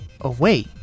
away